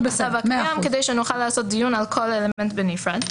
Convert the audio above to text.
שקיים כדי שנוכל לעשות דיון על כל אלמנט בנפרד.